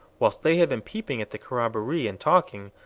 whilst they had been peeping at the corroboree, and talking,